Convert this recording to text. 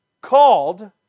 Called